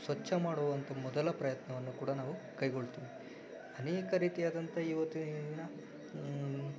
ಸ್ವಚ್ಛ ಮಾಡುವಂಥ ಮೊದಲ ಪ್ರಯತ್ನವನ್ನು ಕೂಡ ನಾವು ಕೈಗೊಳ್ತೀವಿ ಅನೇಕ ರೀತಿಯಾದಂಥ ಇವತ್ತಿನದಿನ